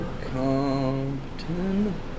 Compton